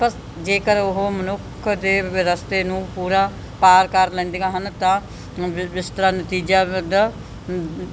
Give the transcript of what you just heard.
ਬਸ ਜੇਕਰ ਉਹ ਮਨੁੱਖ ਦੇ ਰਸਤੇ ਨੂੰ ਪੂਰਾ ਪਾਰ ਕਰ ਲੈਂਦੀਆਂ ਹਨ ਤਾਂ ਇਸ ਦਾ ਨਤੀਜਾ ਇਹਦਾ